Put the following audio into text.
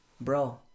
bro